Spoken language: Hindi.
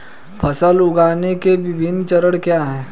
फसल उगाने के विभिन्न चरण क्या हैं?